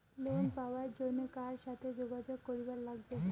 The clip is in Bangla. লোন পাবার জন্যে কার সাথে যোগাযোগ করিবার লাগবে?